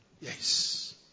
Yes